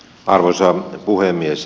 arvoisa puhemies